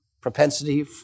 propensity